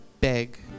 beg